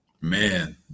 man